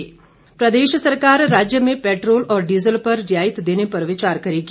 मुख्यमंत्री प्रदेश सरकार राज्य में पैदोल और डीज़ल पर रियायत देने पर विचार करेगी